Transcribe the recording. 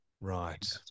Right